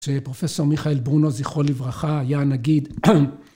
‫כשפרופ' מיכאל ברונו, ‫זכרו לברכה, היה נגיד...